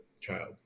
child